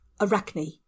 Arachne